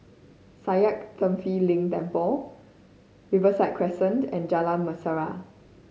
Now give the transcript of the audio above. Sakya Tenphel Ling Temple Riverside Crescent and Jalan Mesra